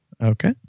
Okay